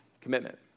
commitment